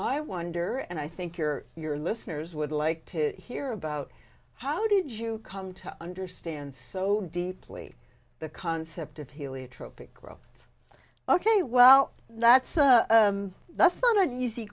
i wonder and i think your your listeners would like to hear about how did you come to understand so deeply the concept of heliotrope it growth ok well that's that's not an easy